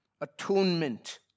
atonement